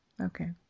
Okay